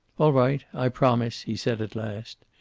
all right. i promise, he said at last.